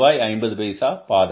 50 பாதகம்